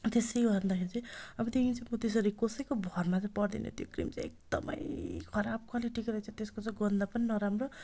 त्यसै गर्दाखेरि चाहिँ अबदेखि चाहिँ म त्यसरी कसैको भरमा त पर्दिनँ त्यो क्रिम चाहिँ एकदमै खराब क्वालिटीको रहेछ त्यसको चाहिँ गन्ध पनि नराम्रो